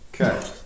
Okay